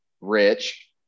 Rich